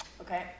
Okay